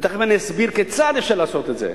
ותיכף אני אסביר כיצד אפשר לעשות את זה,